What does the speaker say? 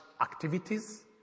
activities